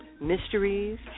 mysteries